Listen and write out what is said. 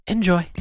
Enjoy